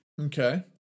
Okay